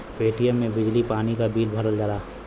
Paytm से बिजली पानी क बिल भरल जाला